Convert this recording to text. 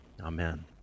amen